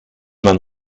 man